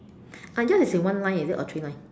uh yours is in one line is it or three lines